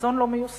החזון לא מיושם.